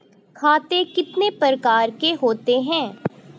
खाते कितने प्रकार के होते हैं?